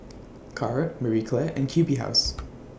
Kara Marie Claire and Q B House